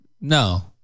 No